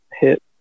hit